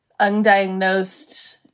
undiagnosed